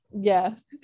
Yes